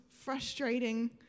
frustrating